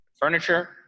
Furniture